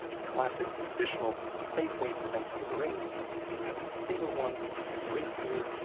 a classic traditional safe way for men to wear rings is to have a single one on your ring finger.